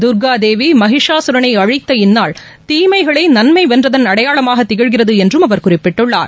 தர்கா தேவி மகிஷா சூரனை அழித்த இந்நாள் தீமைகளை நன்மை வென்றதன் அடையாளமாக திகழ்கிறது என்றும் அவர் குறிப்பிட்டுள்ளார்